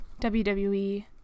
WWE